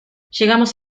llegamos